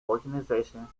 organizations